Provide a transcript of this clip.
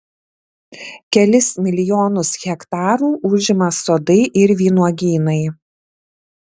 kelis milijonus hektarų užima sodai ir vynuogynai